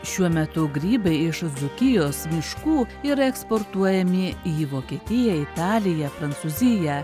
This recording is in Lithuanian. šiuo metu grybai iš dzūkijos miškų yra eksportuojami į vokietiją italiją prancūziją